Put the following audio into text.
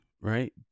right